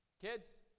kids